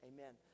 Amen